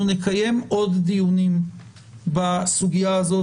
אנחנו נקיים עוד דיונים בסוגיה הזאת